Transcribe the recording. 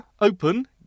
open